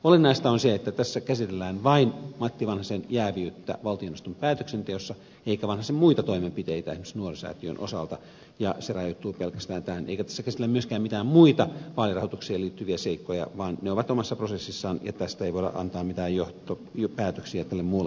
olennaista on se että tässä käsitellään vain matti vanhasen jääviyttä valtioneuvoston päätöksenteossa eikä vanhasen muita toimenpiteitä esimerkiksi nuorisosäätiön osalta se rajoittuu pelkästään tähän eikä tässä käsitellä myöskään mitään muita vaalirahoitukseen liittyviä seikkoja vaan ne ovat omassa prosessissaan ja tästä ei voida antaa mitään johtopäätöksiä tälle muulle prosessille